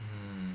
mm